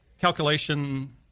calculation